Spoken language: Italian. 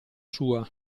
sua